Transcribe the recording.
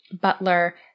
butler